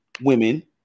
women